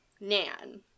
Nan